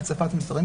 מהפצת מסרים,